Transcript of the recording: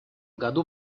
году